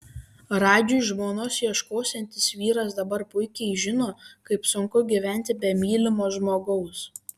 radžiui žmonos ieškosiantis vyras dabar puikiai žino kaip sunku gyventi be mylimo žmogaus